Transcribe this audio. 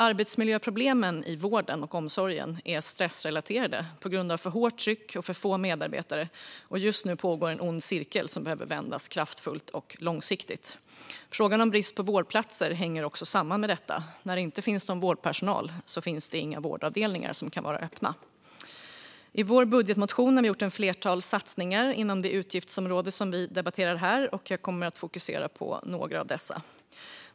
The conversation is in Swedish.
Arbetsmiljöproblemen i vården och omsorgen är stressrelaterade på grund av för hårt tryck och för få medarbetare, och just nu pågår en ond cirkel som behöver vändas kraftfullt och långsiktigt. Frågan om brist på vårdplatser hänger också samman med detta. När det inte finns någon vårdpersonal finns det inga vårdavdelningar som kan vara öppna. I vår budgetmotion har vi gjort ett flertal satsningar inom det utgiftsområde som vi debatterar här. Jag kommer att fokusera på några av dessa.